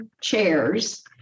chairs